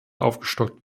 aufgestockt